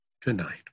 tonight